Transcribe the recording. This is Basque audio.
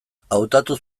hautatu